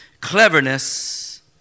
Cleverness